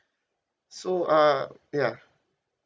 so uh ya